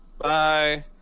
Bye